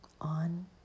on